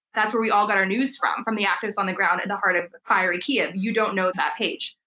that's where we all got our news from, from the activist on the ground at and heart of fiery kyev. you don't know that page.